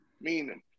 Meaning